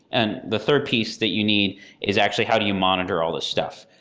and the third piece that you need is actually how do you monitor all those stuff.